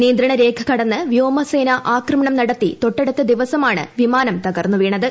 നിയന്ത്രണ രേഖ കടന്ന വ്യോമസേനാ ആക്രമണം നടത്തി തൊട്ടടുത്ത ദിവസമാണ് വിമാനം തകർന്നുവീണത്